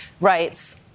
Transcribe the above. rights